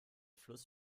fluss